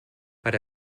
but